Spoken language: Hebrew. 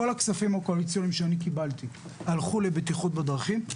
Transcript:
כל הכספים הקואליציוניים שאני קיבלתי הלכו לבטיחות בדרכים,